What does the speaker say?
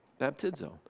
baptizo